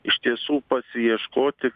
iš tiesų pasiieškoti